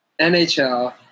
NHL